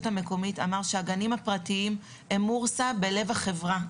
המקומית אמר שהגנים הפרטיים הם מורסה בלב החברה.